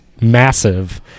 massive